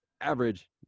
average